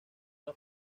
una